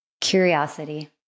curiosity